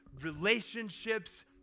relationships